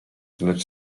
lecz